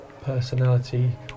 personality